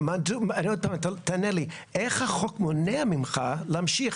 אבל עוד פעם, תענה לי, איך החוק מונע ממך להמשיך?